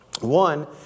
One